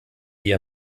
die